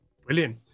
Brilliant